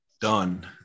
done